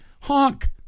honk